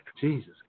Jesus